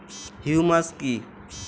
Humus কি?